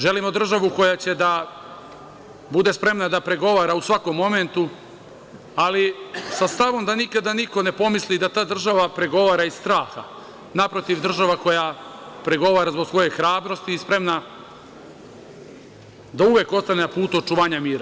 Želimo državu koja će da bude spremna da pregovara u svakom momentu, ali sa stavom da nikada niko ne pomisli da ta država pregovara iz straha, naprotiv, država koja pregovara zbog svoje hrabrosti i spremna da uvek ostane na putu očuvanja mira.